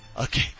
okay